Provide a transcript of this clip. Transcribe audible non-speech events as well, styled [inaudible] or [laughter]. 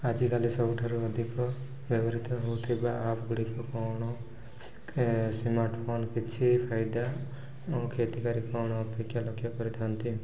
ଆଜିକାଲି ସବୁଠାରୁ ଅଧିକ ବ୍ୟବହୃତ ହଉଥିବା ଆପ୍ ଗୁଡ଼ିକ କ'ଣ [unintelligible] ସ୍ମାର୍ଟଫୋନ୍ କିଛି ଫାଇଦା ଓ କ୍ଷତିକାରୀ କ'ଣ ଅପେକ୍ଷା ଲକ୍ଷ୍ୟ କରିଥାନ୍ତି